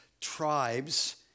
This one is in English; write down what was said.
tribes